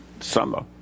Summer